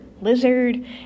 lizard